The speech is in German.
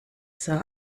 sah